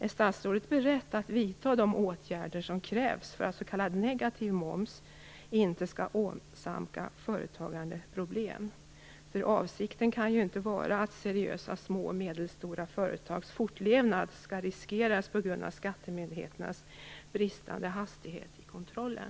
Är statsrådet beredd att vidta de åtgärder som krävs för att s.k. negativ moms inte skall åsamka företagarna problem? Avsikten kan ju inte vara att seriösa små och medelstora företags fortlevnad skall riskeras på grund av skattemyndigheternas bristande hastighet i kontrollen.